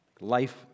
life